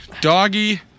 Doggy